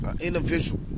individual